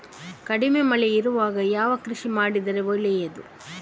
ಕಡಿಮೆ ಮಳೆ ಇರುವಾಗ ಯಾವ ಕೃಷಿ ಮಾಡಿದರೆ ಒಳ್ಳೆಯದು?